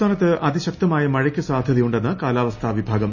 സംസ്ഥാനത്ത് അതിശക്തമായ മഴയ്ക്ക് സാധൃതയുണ്ടെന്ന് കാലാവസ്ഥാ വിഭാഗം